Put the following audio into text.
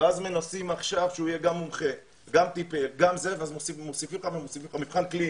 ואז מנסים עכשיו שהוא יהיה גם מומחה ואז מוסיפים מבחן קליני.